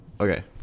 Okay